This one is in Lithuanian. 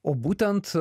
o būtent